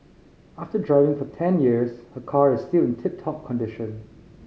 after driving for ten years her car is still tip top condition